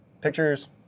pictures